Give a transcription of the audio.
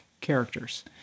characters